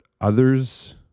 others